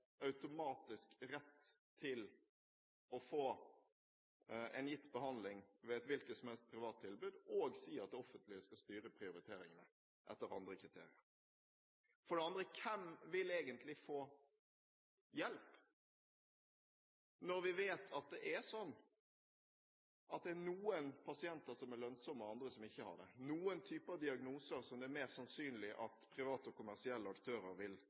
automatisk rett til å få en gitt behandling ved et hvilket som helst privat tilbud, og si at det offentlige skal styre prioriteringene etter andre kriterier. For det andre: Hvem vil egentlig få hjelp – når vi vet det er slik at noen pasienter er lønnsomme, og andre ikke er det, at det er noen typer diagnoser som det er mer sannsynlig at private og kommersielle aktører vil